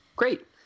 Great